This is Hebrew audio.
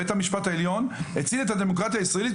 בית המשפט העליון הציל את הדמוקרטיה הישראלית,